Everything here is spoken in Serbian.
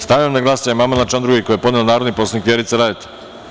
Stavljam na glasanje amandman na član 2. koji je podnela narodni poslanik Vjerica Radeta.